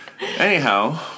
Anyhow